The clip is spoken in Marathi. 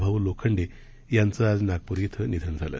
भाऊ लोखंडे यांचं आज नागपूर इथं निधन झालं